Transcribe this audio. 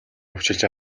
хувьчилж